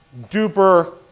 duper